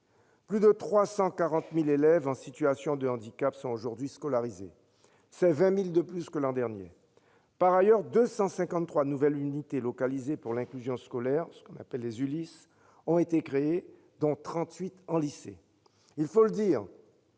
Plus de 340 000 élèves en situation de handicap sont aujourd'hui scolarisés, c'est 20 000 élèves de plus que l'an dernier. Par ailleurs, 253 nouvelles unités localisées pour l'inclusion scolaire, les ULIS, ont été créées, dont 38 en lycée. Il faut le dire,